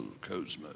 cosmos